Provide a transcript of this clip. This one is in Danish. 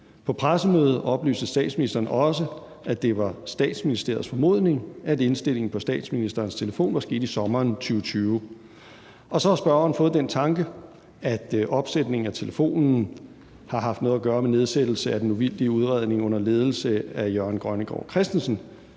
På pressemødet oplyste statsministeren også, at det var Statsministeriets formodning, at indstillingen på statsministerens telefon var sket i sommeren 2020. Så har spørgeren fået den tanke, at opsætningen af telefonen har haft noget at gøre med nedsættelse af den uvildige udredning under ledelse af Jørgen Grønnegård Christensen,